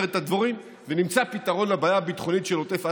את הדבורים ונמצא פתרון לבעיה הביטחונית של עוטף עזה,